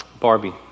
Barbie